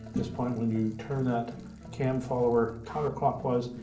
this point, when you turn that cam follower counterclockwise,